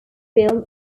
film